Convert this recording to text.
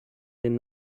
den